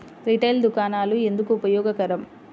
Retail దుకాణాలు ఎందుకు ఉపయోగకరం?